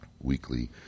Weekly